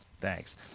Thanks